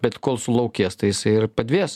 bet kol sulaukės tai jisai ir padvės